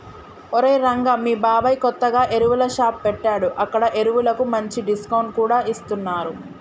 ఒరేయ్ రంగా మీ బాబాయ్ కొత్తగా ఎరువుల షాప్ పెట్టాడు అక్కడ ఎరువులకు మంచి డిస్కౌంట్ కూడా ఇస్తున్నరు